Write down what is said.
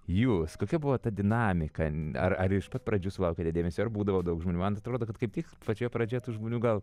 jūs kokia buvo ta dinamika ar ar iš pat pradžių sulaukėte dėmesio ar būdavo daug žmonių man atrodo kad kaip tik pačioje pradžioje tų žmonių gal